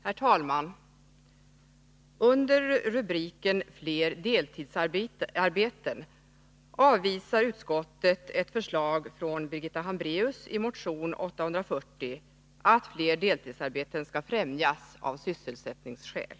Herr talman! I sitt betänkande 1981/82:21 avvisar arbetsmarknadsutskottet ett förslag från Birgitta Hambraeus i motion 840, att fler deltidsarbeten skall främjas av sysselsättningsskäl.